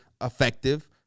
effective